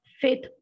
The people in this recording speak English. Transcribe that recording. faith